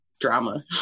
drama